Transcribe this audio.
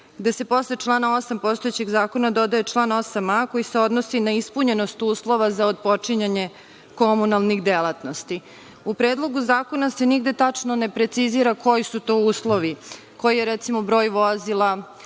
gde se posle člana 8. postojećeg zakona dodaje član 8a koji se odnosi na ispunjenost uslova za otpočinjanje komunalnih delatnosti. U Predlogu zakona se nigde tačno ne precizira koji su to uslovi, koji je, recimo, broj vozila,